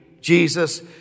Jesus